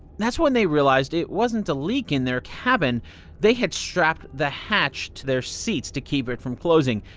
that's when they realized it wasn't a leak in their cabin they had strapped the hatch to their seats to keep it from closing.